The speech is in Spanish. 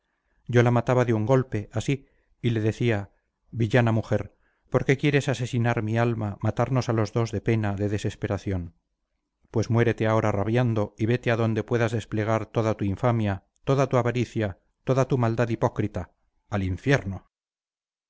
yo la mataba de un golpe así y le decía villana mujer por qué quieres asesinar mi alma matarnos a los dos de pena de desesperación pues muérete ahora rabiando y vete a donde puedas desplegar toda tu infamia toda tu avaricia toda tu maldad hipócrita al infierno